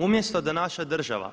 Umjesto da naša država